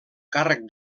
càrrec